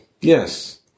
Yes